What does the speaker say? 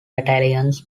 battalions